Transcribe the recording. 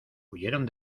huyeron